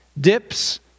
dips